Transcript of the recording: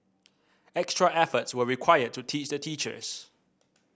extra efforts were required to teach the teachers